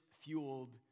fueled